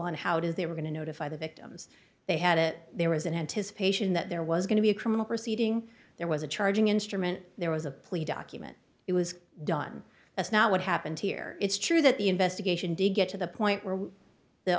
on how it is they were going to notify the victims they had it there was an anticipation that there was going to be a criminal proceeding there was a charging instrument there was a plea document it was done that's not what happened here it's true that the investigation did get to the point where the